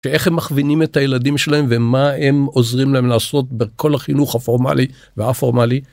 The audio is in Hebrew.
שאיך הם מכוונים את הילדים שלהם ומה הם עוזרים להם לעשות בכל החינוך הפורמלי והפורמלי.